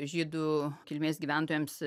žydų kilmės gyventojams